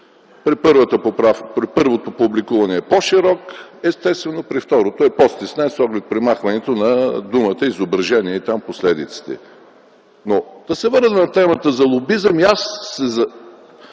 при първото публикуване е по-широк, естествено при второто е по-стеснен с оглед премахването на думата „изображения” и последиците. Да се върнем на темата за лобизма.